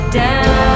down